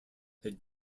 had